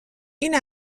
این